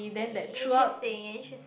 interesting interesting